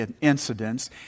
incidents